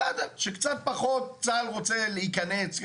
בסדר, שקצת פחות צה"ל רוצה להיכנס.